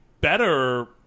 better